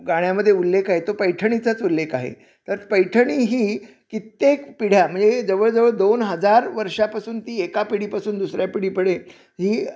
गाण्यामधे उल्लेख आहे तो पैठणीचाच उल्लेख आहे तर पैठणी ही कित्येक पिढ्या म्हणजे जवळजवळ दोन हजार वर्षापासून ती एका पिढीपासून दुसऱ्या पिढीकडे ही